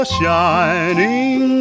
shining